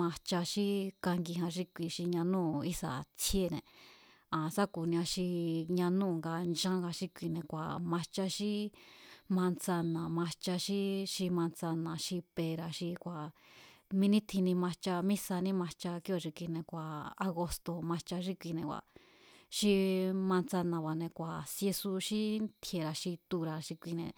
majcha xí kangijan xí kui xi ñanúu̱ ísa̱ tsjíéne̱. Aa̱n sá ku̱nia xi ñanúu̱ nga nchán nga xí kuine̱ ngua̱ majcha xí manzana̱ majcha xí manzana̱ xi pera̱ xi kua̱ mi nítjinni mancha mí saní majcha kíóo̱ xi kine̱ kua̱ agosto̱ majcha xí kuine̱ kua̱ xi manzana̱ba̱ siesu xí ntji̱e̱ra̱ xi tura̱ xi kuine̱.